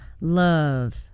love